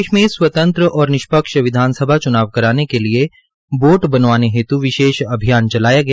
प्रदेश में स्वतंत्रा और निष्पक्ष विधानसभा च्नाव कराने के लिये वोट बनवाने हेत् विशेष अभियान चलाया गया